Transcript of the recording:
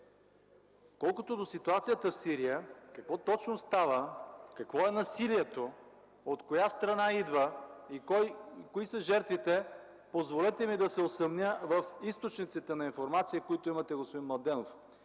Колкото до ситуацията в Сирия – какво точно става, какво е насилието, от коя страна идва и кои са жертвите, позволете ми да се усъмня в източниците на информация, които имате, господин Младенов.